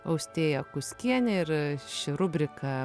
austėja kuskienė ir ši rubrika